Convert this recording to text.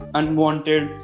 unwanted